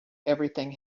everything